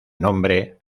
nombre